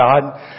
God